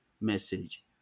message